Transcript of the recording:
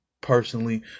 personally